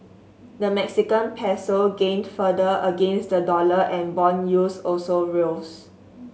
the Mexican Peso gained further against the dollar and bond yields also rose